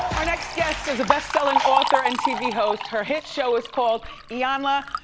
our next guest is a bestselling author and tv host. her hit show is called iyanla,